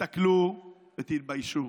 תסתכלו ותתביישו,